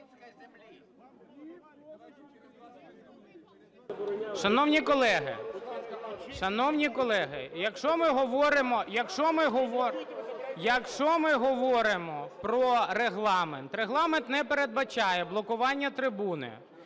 шановні колеги, якщо ми говоримо про Регламент, Регламент не передбачає блокування трибуни,